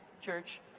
church